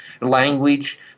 language